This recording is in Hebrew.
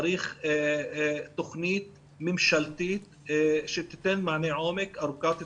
צריך תוכנית ממשלתית שתיתן מענה עומק, ארוכת טווח.